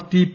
T P